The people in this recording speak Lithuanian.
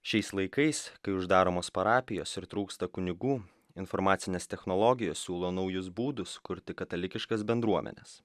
šiais laikais kai uždaromos parapijos ir trūksta kunigų informacinės technologijos siūlo naujus būdus kurti katalikiškas bendruomenes